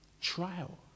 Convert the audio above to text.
trial